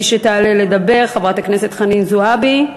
מי שתעלה לדבר היא חברת הכנסת חנין זועבי.